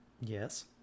Yes